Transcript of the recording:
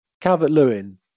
Calvert-Lewin